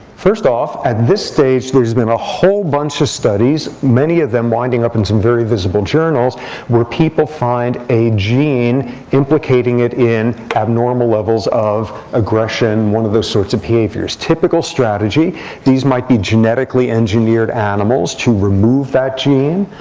first off, at this stage, there's been a whole bunch of studies many of them winding up in some very visible journals where people find a gene implicating it in abnormal levels of aggression, one of those sorts of behaviors. typical strategy these might be genetically engineered animals to remove that gene.